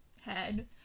head